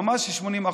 ממש 80%,